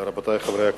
רבותי חברי הכנסת,